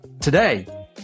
today